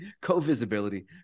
Co-visibility